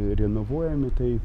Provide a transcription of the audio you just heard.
renovuojami tai